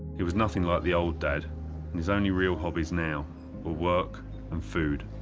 he was nothing like the old dad, and his only real hobbies now were work and food.